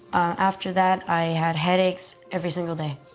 after that i had headaches every single day.